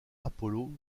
apollo